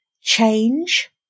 change